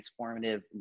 transformative